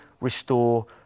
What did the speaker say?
restore